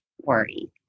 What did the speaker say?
worry